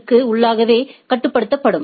க்கு உள்ளாகவே கட்டுப்படுத்தப்படும்